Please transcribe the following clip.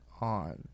on